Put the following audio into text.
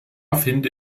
finde